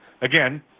again